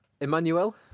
Emmanuel